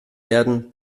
werden